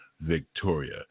Victoria